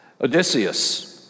Odysseus